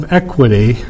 equity